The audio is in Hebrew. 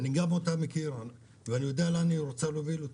גם אותה אני מכיר ואני יודע להן היא רוצה להוביל אותנו.